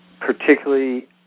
particularly